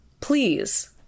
Please